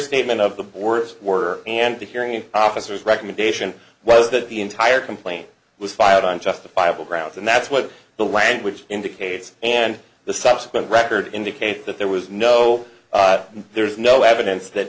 statement of the words were and the hearing officers recommendation was that the entire complaint was filed on justifiable grounds and that's what the language indicates and the subsequent record indicate that there was no there's no evidence that